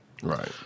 right